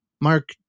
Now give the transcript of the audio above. Mark